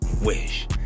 Wish